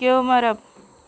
उडक्यो मारप